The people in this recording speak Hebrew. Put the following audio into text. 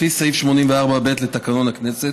לפי סעיף 84ב לתקנון הכנסת,